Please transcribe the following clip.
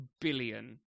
billion